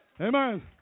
Amen